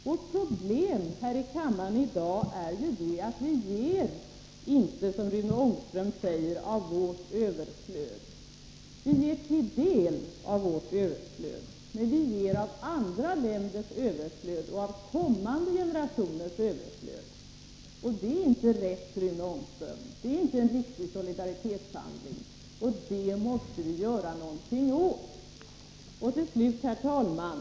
Vårt problem i dag är ju att vi inte ger, som Rune Ångström säger, av vårt överflöd. Vi ger delvis av vårt överflöd, men vi ger också av andra länders och av kommande generationers överflöd. Det är inte rätt, Rune Ångström. Det är inte en riktig solidaritetshandling. Vi måste göra någonting åt det. Till slut, herr talman!